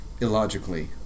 illogically